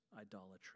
idolatry